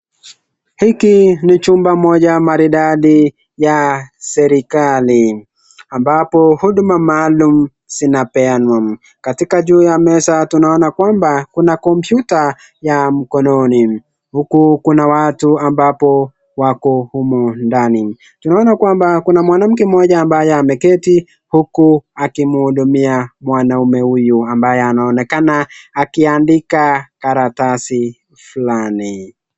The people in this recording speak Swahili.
Hiki ni chumba moja maridadi ya serikali ambapo huduma maalum zinapeanwa katika juu ya meza tunaona kwamba kuna kompyuta ya mkononi huku kuna watu ambapo waki humu ndani tunaona mwanamke mmoja ambaye ameketi huku akimhudumia mwanaume huyu ambaye anaonekana akiandika karatasi fulani.